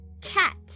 cat